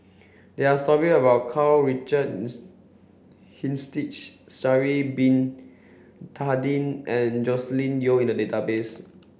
there are story about Karl Richard Hanitsch Sha'ari bin Tadin and Joscelin Yeo in the database